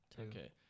Okay